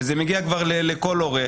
וזה מגיע כבר לכל הורה,